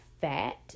fat